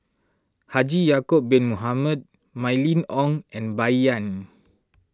Haji Ya'Acob Bin Mohamed Mylene Ong and Bai Yan